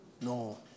No